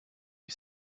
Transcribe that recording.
you